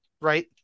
right